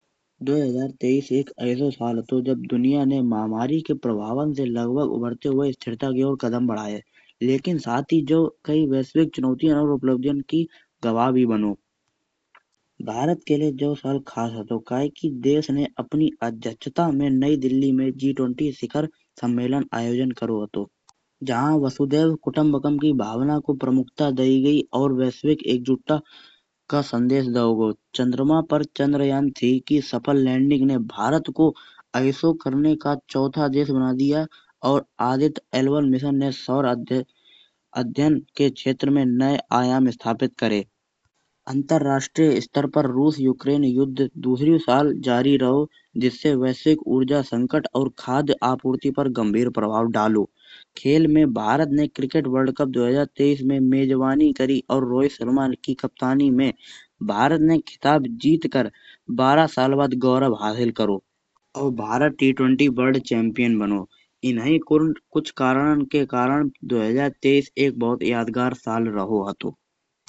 दो हज़ार तेइस एक ऐसो साल हतो जब दुनिया ने महामारी के प्रभावन से लगभग उभरते हुए स्थिति की ओर कदम भड़ाया। लेकिन साथ ही जो कई वैश्विक चुनौतियो और उपलब्धियो की गवाह भी बनो। भारत के लिहाज़ जो साल खास हतो कायेकी देश ने अपनी अध्यक्षता में नई दिल्ली में जी ट्वेंटी शिखर सम्मेलन आयोजन करो हतो। जहां वसुधैव कुटम्बकम की भावना को प्रमुखता दई गई और वैश्विक एक जुटता का संदेश दाओ गाओ। चंद्रमा पर चंद्रयान थ्री की सफल लैंडिंग ने भारत को ऐसो करने का चइत्था देश बना दिया और आदित्य एल वन मिशन ने सौरध्या अध्ययन के क्षेत्र में नए आयाम स्थापित कर। अंतरराष्ट्रीय स्तर पर रूस यूक्रेन युद्ध दुसरी साल जारी रहो। जिससे वैश्विक ऊर्जा संकट और खाद्य आपूर्ति पर गंभीर प्रभाव डालो। खेल में भारत ने क्रिकेट वर्ल्ड कप दो हज़ार तेइस में मेज़बानी करी और रोहित शर्मा की कप्तानी में भारत ने खिताब जीत कर बारह साल बाद गौरव हासिल करो। और Bharat T twenty world champion बनो इनहइ कुछ कारण के करण दो हजार इक्कीस एक बहुत यादगार साल रहो।